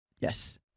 Yes